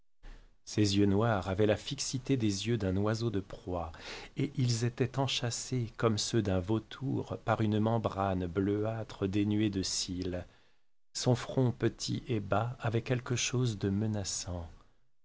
ses yeux noirs avaient la fixité des yeux d'un oiseau de proie et ils étaient enchâssés comme ceux d'un vautour par une membrane bleuâtre dénuée de cils son front petit et bas avait quelque chose de menaçant